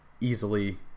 easily